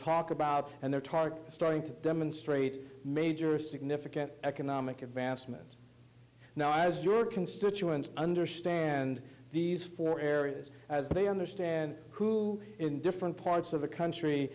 talk about and they're talking starting to demonstrate major significant economic advancement now as your constituents understand these four areas as they understand in different parts of the country